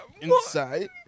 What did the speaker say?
inside